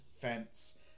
fence